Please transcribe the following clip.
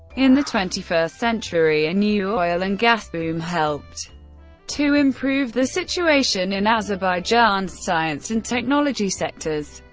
in the twenty first century, a new oil and gas boom helped to improve the situation in azerbaijan's science and technology sectors,